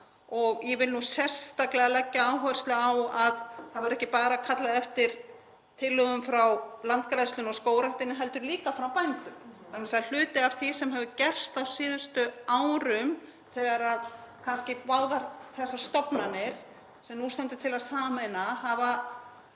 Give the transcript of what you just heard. Ég vil sérstaklega leggja áherslu á að það verði ekki bara kallað eftir tillögum frá Landgræðslunni og Skógræktinni heldur líka frá bændum. Hluti af því sem hefur gerst á síðustu árum þegar báðar þessar stofnanir, sem nú stendur til að sameina, hafa